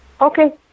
Okay